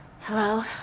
Hello